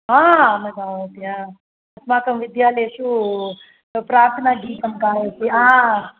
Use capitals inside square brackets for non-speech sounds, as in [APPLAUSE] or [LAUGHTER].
[UNINTELLIGIBLE] अस्माकं विद्यालयेषु प्रार्थनागीतं गायति